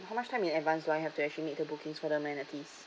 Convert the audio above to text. how much time in advance do I have to actually make the bookings for the amenities